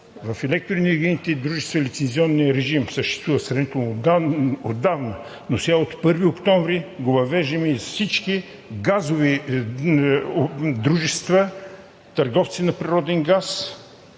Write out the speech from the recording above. в електроенергийните дружества лицензионният режим съществува сравнително отдавна, но сега – от 1 октомври, го въвеждаме и за всички газови дружества, търговци на природен газ.